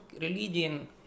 religion